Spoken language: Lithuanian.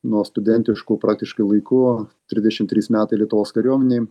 nuo studentiškų praktiškai laikų trisdešim trys metai lietuvos kariuomenėj